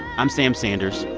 i'm sam sanders.